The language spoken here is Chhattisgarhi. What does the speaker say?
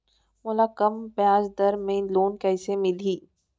मोला कम ब्याजदर में लोन कइसे मिलही?